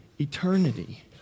eternity